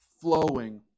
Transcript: flowing